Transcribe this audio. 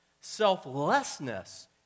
Selflessness